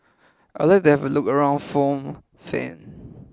I like they have look around Phnom Penh